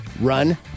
run